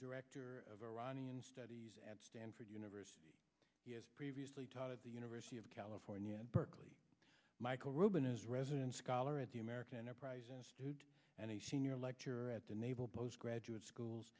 director of iranian studies at stanford university previously taught at the university of california at berkeley michael rubin is resident scholar at the american enterprise institute and a senior lecturer at the naval postgraduate school